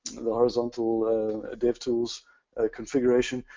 horizontal dev tools configuration,